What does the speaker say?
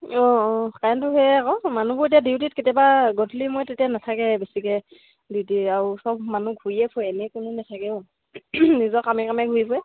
অঁ অঁ কাৰেণ্টো সেয়ে আকৌ মানুহবোৰ এতিয়া ডিউটিত কেতিয়াবা গধূলি মই এতিয়া নাথাকে বেছিকে ডিউটি আৰু চব মানুহ ঘূৰিয়ে ফুৰে এনেই কোনো নেথাকে নিজৰ কামে কামে ঘূৰি ফুৰে